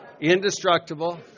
indestructible